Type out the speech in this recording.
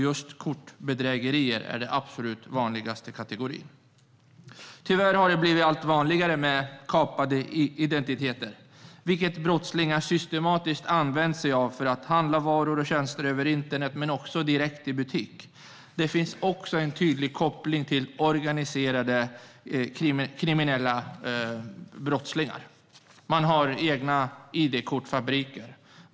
Just kortbedrägerier är den absolut vanligaste kategorin. Tyvärr har det blivit allt vanligare med kapade identiteter, vilket brottslingar systematiskt använder sig av för att handla varor och tjänster över internet men också direkt i butik. Det finns också en tydlig koppling till organiserade kriminella brottslingar. Man har egna id-kortsfabriker.